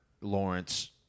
Lawrence